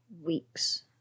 weeks